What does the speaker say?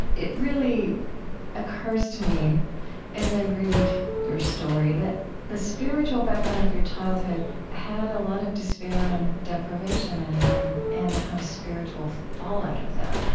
it really occurs to me as i read your story that the spiritual background of your childhood had a lot of despair and deprivation in it, and and the kind of spiritual fallout of that.